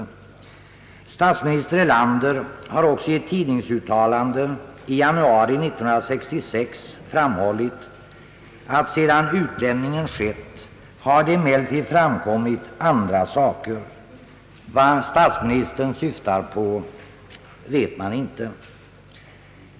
Statsminister Erlander har också i ett tidningsuttalande i januari 1966 framhållit, att »sedan utlämningen skett har det emellertid framkommit andra saker». Vad statsministern syftar på vet man inte.